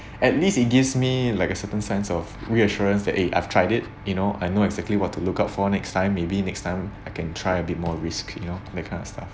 at least it gives me like a certain sense of reassurance that eh I've tried it you know I know exactly what to look out for next time maybe next time I can try a bit more risk you know that kind of stuff